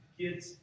kids